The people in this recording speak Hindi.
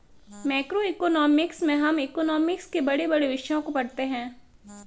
मैक्रोइकॉनॉमिक्स में हम इकोनॉमिक्स के बड़े बड़े विषयों को पढ़ते हैं